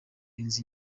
inzu